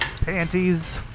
Panties